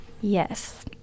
Yes